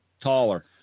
taller